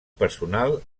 personal